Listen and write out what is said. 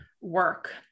work